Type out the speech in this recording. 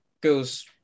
goes